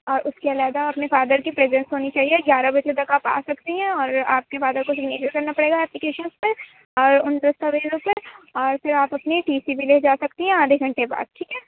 اور اُس کے علیحدہ اپنے فادر کی پرزنٹ ہونی چاہیے گیارہ بجے تک آپ آ سکتی ہیں اور آپ کے فارد کو سیگنیچر کرنا پڑے گا اپلیکیشنس پہ اور اُن دستاویزوں پہ اور پھر آپ اپنی ٹی سی بھی لے جا سکتی ہیں آدھے گھنٹے بعد ٹھیک ہے